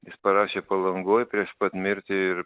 jis parašė palangoj prieš pat mirtį ir